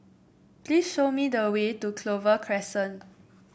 please show me the way to Clover Crescent